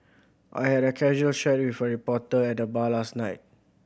I had a casual chat with a reporter at the bar last night